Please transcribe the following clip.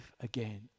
again